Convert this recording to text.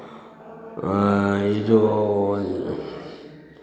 ये जो